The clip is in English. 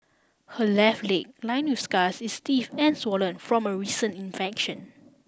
her left leg line with scars is stiff and swollen from a recent infection